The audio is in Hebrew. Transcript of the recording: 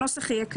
הנוסח יהיה כזה,